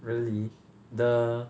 really the